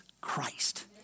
Christ